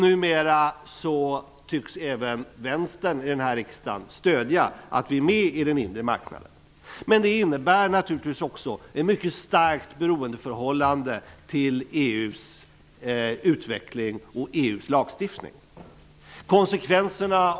Numera tycks även Vänstern i den här riksdagen stödja att vi är med i den inre marknaden. Att vi är med där innebär naturligtvis också ett mycket starkt beroendeförhållande till EU:s utveckling och EU:s lagstiftning.